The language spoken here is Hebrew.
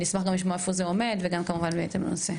אז אני אשמח גם לשמוע איפה זה עומד וגם כמובן בהתאם לנושא.